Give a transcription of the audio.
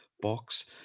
box